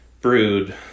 brewed